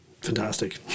fantastic